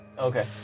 Okay